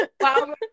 wow